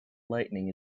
lighting